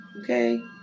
Okay